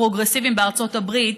הפרוגרסיבים בארצות הברית,